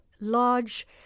large